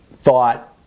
thought